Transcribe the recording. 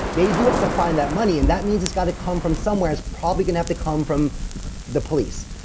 they do have to find that money. and that means it's got to come from somewhere is probably gonna have to come from the police.